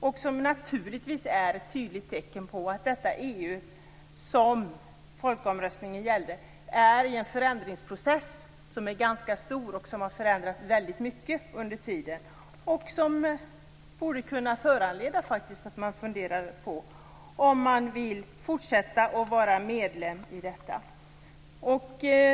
Detta är naturligtvis ett tydligt tecken på att det EU som folkomröstningen gällde befinner sig i en förändringsprocess som är ganska stor och som har förändrat väldigt mycket. Det borde kunna föranleda att man funderade över om man vill fortsätta att vara medlem i detta EU.